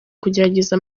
kugerageza